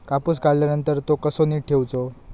कापूस काढल्यानंतर तो कसो नीट ठेवूचो?